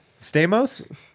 Stamos